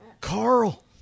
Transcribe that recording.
Carl